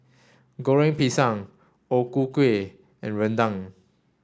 Goreng Pisang O Ku Kueh and Rendang